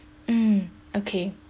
mm okay